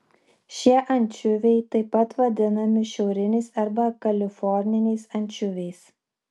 šie ančiuviai taip pat vadinami šiauriniais arba kaliforniniais ančiuviais